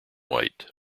white